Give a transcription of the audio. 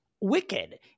Wicked